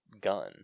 gun